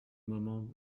moment